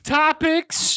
topics